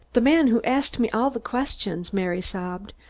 the man who asked me all the questions, mary sobbed.